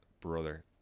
brother